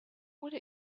would